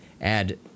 add